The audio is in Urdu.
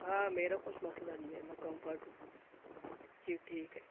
ہاں میرا کچھ مسئلہ نہیں ہے میں کمفرٹ ہوں جی ٹھیک ہے